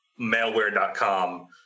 malware.com